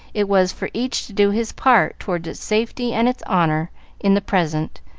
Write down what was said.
it was for each to do his part toward its safety and its honor in the present,